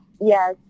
yes